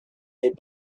they